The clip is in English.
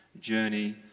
journey